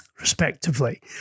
respectively